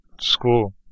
school